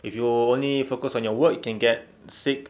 if you only focus on your work you can get sick